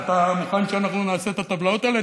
אתה מוכן שאנחנו נעשה את הטבלאות האלה?